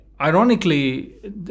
Ironically